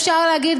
אפשר להגיד,